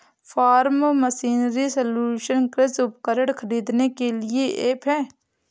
form machinery solution कृषि उपकरण खरीदने के लिए ऐप है